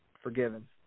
forgiven